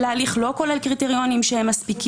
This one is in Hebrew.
אלא ההליך לא כולל קריטריונים מספיקים.